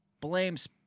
blames